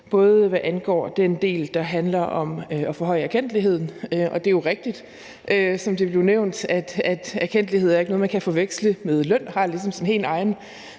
både hvad angår den del, der handler om at forhøje erkendtligheden, og den andel del. Det er jo rigtigt, som det blev nævnt, at erkendtlighed ikke er noget, man kan forveksle med løn. Den har ligesom sin helt egen